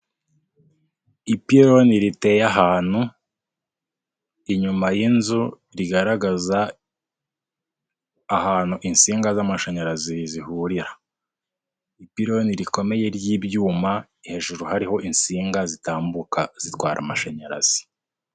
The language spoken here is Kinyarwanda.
Ipironi riteye ahantu inyuma y'inzu, rigaragaza ahantu insinga z'amashanyarazi zihurira. Ipironi rikomeye ry'ibyuma, hejuru hariho insinga zitambuka zitwara amashanyarazi.